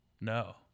No